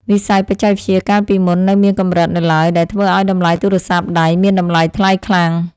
វិស័យបច្ចេកវិទ្យាកាលពីមុននៅមានកម្រិតនៅឡើយដែលធ្វើឱ្យតម្លៃទូរស័ព្ទដៃមានតម្លៃថ្លៃខ្លាំង។